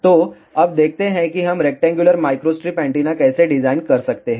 तो अब देखते हैं कि हम रेक्टेंगुलर माइक्रोस्ट्रिप एंटीना कैसे डिजाइन कर सकते हैं